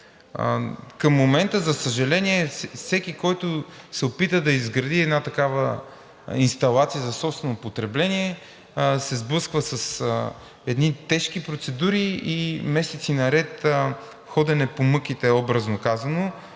Към момента, за съжаление, всеки, който се опита да изгради една такава инсталация за собствено потребление, се сблъсква с едни тежки процедури и месеци наред ходене по мъките, образно казано,